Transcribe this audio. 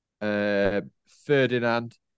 Ferdinand